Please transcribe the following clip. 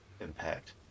impact